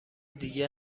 دیگه